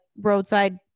roadside